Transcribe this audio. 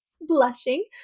Blushing